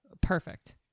Perfect